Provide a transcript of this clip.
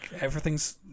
everything's